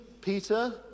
Peter